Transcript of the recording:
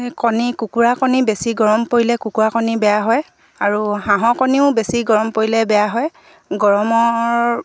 কণী কুকুৰা কণী বেছি গৰম পৰিলে কুকুৰা কণী বেয়া হয় আৰু হাঁহৰ কণীও বেছি গৰম পৰিলে বেয়া হয় গৰমৰ